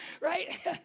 right